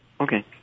Okay